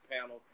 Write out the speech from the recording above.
panel